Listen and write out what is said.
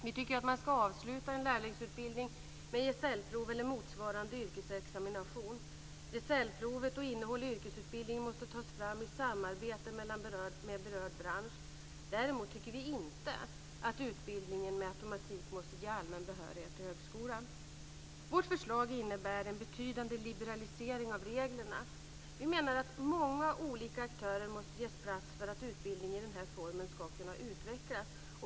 Vi tycker att man ska avsluta lärlingsutbildningen med gesällprov eller motsvarande yrkesexamination. Gesällprovet och innehållet i yrkesutbildningen måste tas fram i samarbete med berörd bransch. Däremot tycker vi inte att utbildningen med automatik måste ge allmän behörighet till högskolan. Vårt förslag innebär en betydande liberalisering av reglerna. Vi menar att många olika aktörer måste ges plats för att utbildning i den formen ska kunna utvecklas.